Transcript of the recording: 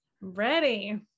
ready